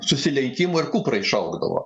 susilenkimo ir kupra išaugdavo